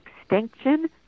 Extinction